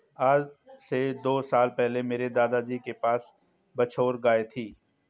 आज से दो साल पहले मेरे दादाजी के पास बछौर गाय थी